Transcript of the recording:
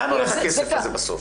אז לאן הולך הכסף הזה בסוף?